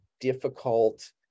difficult